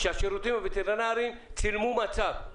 והשירותים הווטרינרים צילמו מצב.